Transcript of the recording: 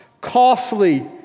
Costly